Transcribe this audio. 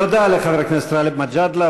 תודה לחבר הכנסת גאלב מג'אדלה.